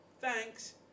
Thanks